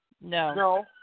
No